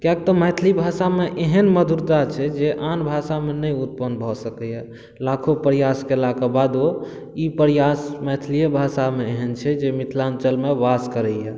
किआकि तऽ मैथिली भाषा मे एहन मधुरता छै जे आन भाषा मे नहि उत्पन्न भऽ सकैया लाखो प्रयास कयला के बादो ई प्रयास मैथिलीए भाषा मे एहन छै जे मिथिलाञ्चल मे वास करैया